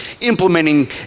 implementing